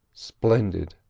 splendid,